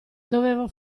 dovevo